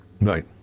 Right